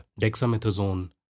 dexamethasone